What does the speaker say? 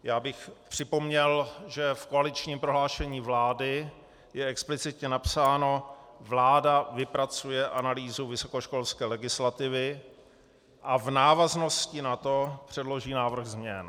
Já bych připomněl, že v koaličním prohlášení vlády je explicitně napsáno: Vláda vypracuje analýzu vysokoškolské legislativy a v návaznosti na to předloží návrh změn.